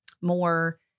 more